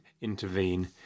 intervene